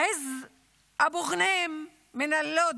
עז אבו ג'נם מלוד,